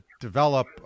develop